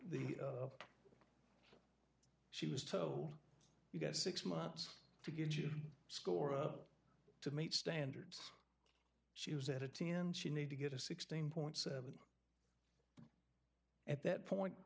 the she was told you got six months to get your score up to meet standards she was at a t n she need to get a sixteen point seven at that point